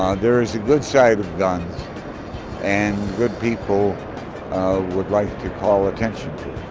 there is a good side to guns and good people would like to call attention to